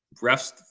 Refs